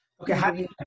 Okay